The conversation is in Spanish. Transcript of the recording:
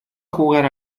jugar